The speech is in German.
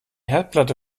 herdplatte